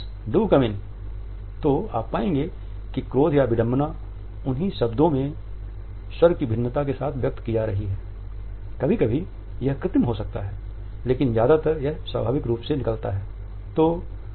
कभी कभी यह कृत्रिम हो सकता है लेकिन ज्यादातर यह स्वाभाविक रूप से निकलता है